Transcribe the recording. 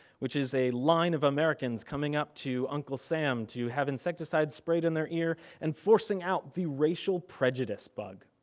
which is a line of americans coming up to uncle sam to have insecticide sprayed in their ear and forcing out the racial prejudice bug.